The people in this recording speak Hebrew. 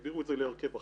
העבירו את זה להרכב אחר.